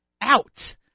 out